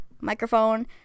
microphone